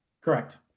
Correct